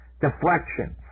Deflections